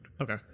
Okay